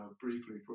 briefly